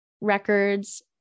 records